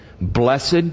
Blessed